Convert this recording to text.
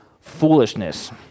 foolishness